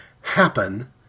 happen